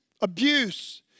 abuse